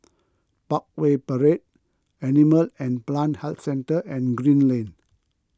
Parkway Parade Animal and Plant Health Centre and Green Lane